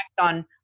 on